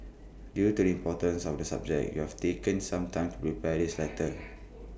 due to the importance of the subject we have taken some time to prepare this letter